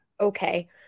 okay